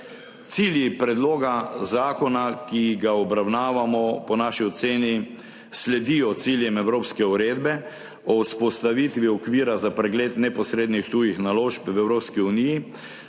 Cilji predloga zakona, ki ga obravnavamo, po naši oceni sledijo ciljem Evropske uredbe o vzpostavitvi okvira za pregled neposrednih tujih naložb v Evropski uniji,